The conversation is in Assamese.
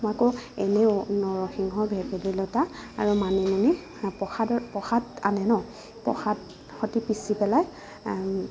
মই আকৌ এনে নৰসিংহ ভেবেলী লতা আৰু মানিমুনি প্ৰসাদৰ প্ৰসাদ আনে ন প্ৰসাদ সৈতে পিছি পেলাই